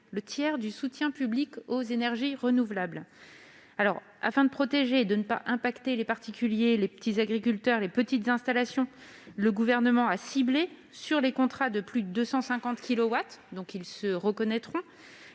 le tiers du soutien public aux énergies renouvelables. Afin de protéger les particuliers, les petits agriculteurs et les petites installations, le Gouvernement a ciblé les contrats de plus de 250 kilowatts- ils se reconnaîtront